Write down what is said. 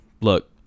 look